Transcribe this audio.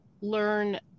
learn